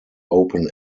open